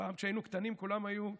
כשהיינו קטנים כולם היו "הדוד".